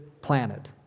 planet